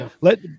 Let –